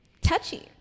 touchy